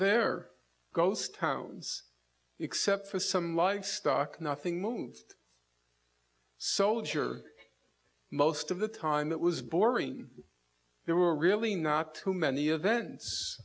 there ghost towns except for some livestock nothing moved soldier most of the time it was boring there were really not too many events